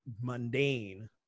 mundane